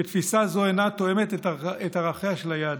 ותפיסה זו אינה תואמת את ערכיה של היהדות.